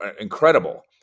incredible